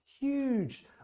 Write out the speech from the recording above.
huge